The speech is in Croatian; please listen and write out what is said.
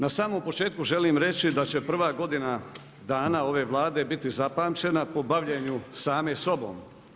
Na samom početku želim reći da će prva godina dana ove Vlade biti zapamćena po bavljenju same sobom.